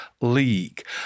league